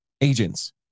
agents